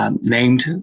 named